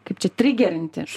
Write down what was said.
kaip čia trigerinti